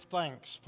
thanks